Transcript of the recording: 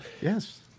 Yes